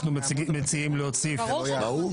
אנחנו מציעים להוציא --- מהו?